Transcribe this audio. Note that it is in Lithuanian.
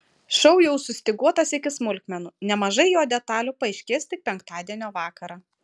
šou jau sustyguotas iki smulkmenų nemažai jo detalių paaiškės tik penktadienio vakarą